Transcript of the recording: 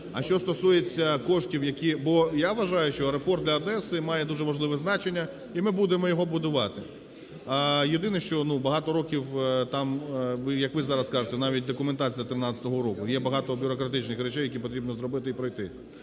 А що стосується коштів, які… бо я вважаю, що аеропорт для Одеси має дуже важливе значення, і ми будемо його будувати. Єдине, що, ну, багато років там, як ви зараз кажете, навіть документація 13-го року, є багато бюрократичних речей, які потрібно зробити і пройти.